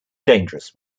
dangerous